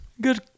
Good